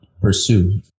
pursue